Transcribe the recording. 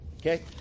Okay